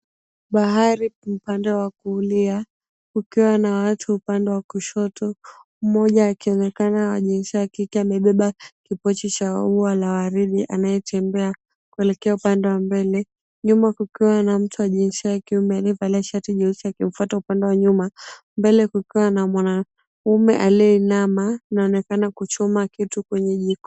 Bahari upande wakulia, kukiwa na watu upande wa kushoto mmoja akionekana wa jinsia ya kike amebeba kipochi cha ua la waridi, anayetembea kuelekea upande wa mbele, nyuma kukiwa mtu wa jinsia ya kiume aliyevalia shati jeusi akimfata upande wa nyuma, mbele kukiwa na mwanamume akiwa ameinama akionekana kuchoma kitu.